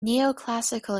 neoclassical